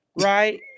Right